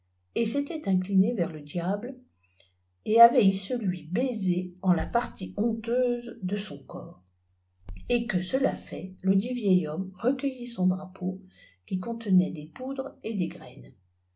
s'était incliné vers le diable et avait icelui baisé en la partie honteuse d açh corps et que cela fait ledit vieil homme recueillit son drapèaii qui contenait des poudres et des graines